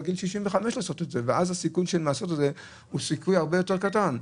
גיל 65 ואז הסיכוי לעשות את זה הוא סיכוי הרבה יותר קטן.